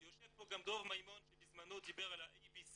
יושב פה גם דב מימון שבזמנו דיבר על ה-ABC,